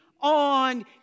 on